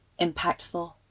impactful